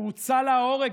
שהמחבל הוצא להורג.